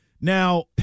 Now